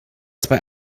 zwei